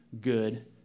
good